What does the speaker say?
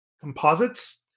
composites